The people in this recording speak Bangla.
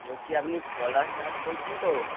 বলছি আপনি পলাশ দাস বলছেন তো